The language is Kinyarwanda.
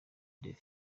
des